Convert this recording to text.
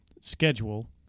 schedule